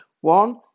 One